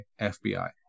FBI